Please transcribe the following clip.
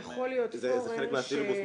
זה חלק מהסילבוס,